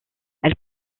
elle